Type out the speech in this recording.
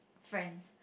friends